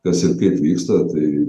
kas ir kaip vyksta tai